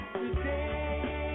today